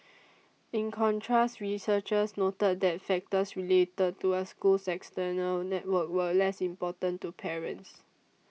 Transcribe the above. in contrast researchers noted that factors related to a school's external network were less important to parents